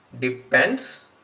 Depends